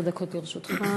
15 דקות לרשותך.